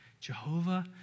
Jehovah